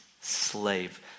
slave